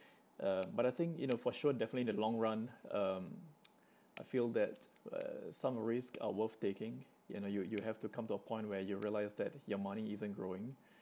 uh but I think you know for sure definitely in the long run um I feel that uh some risks are worth taking you know you you have to come to a point where you realise that your money isn't growing